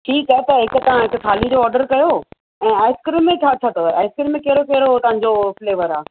ठीकु आहे त हिक तव्हां हिक थालीअ जो ऑडर कयो ऐं आईस्क्रीम में छा छा अथव आईस्क्रीम में कहिड़ो कहिड़ो तव्हांजो फ़्लेवर आहे